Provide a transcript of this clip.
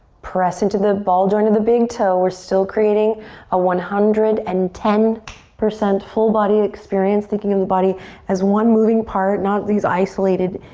press into the ball joint of the big toe. we're still creating a one hundred and ten percent full body experience. thinking of the body as one moving part. not these isolated,